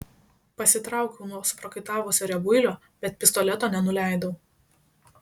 pasitraukiau nuo suprakaitavusio riebuilio bet pistoleto nenuleidau